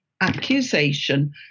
accusation